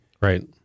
right